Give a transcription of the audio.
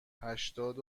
هشتاد